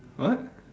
what